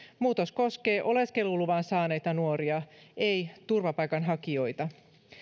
muutos koskee oleskeluluvan saaneita nuoria ei turvapaikanhakijoita